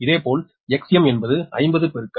இதேபோல் Xm என்பது 50 160